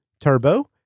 Turbo